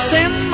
Send